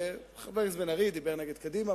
חבר הכנסת בן-ארי דיבר נגד קדימה,